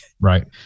Right